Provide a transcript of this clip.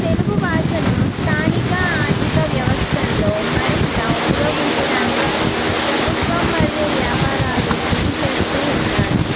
తెలుగు భాషను స్థానిక ఆర్థిక వ్యవస్థల్లో మరింత ఉపయోగించడానికి ప్రభుత్వం మరియు వ్యాపారాలు కృషి చేస్తూ ఉన్నాయి